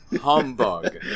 humbug